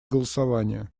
голосование